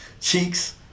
Cheeks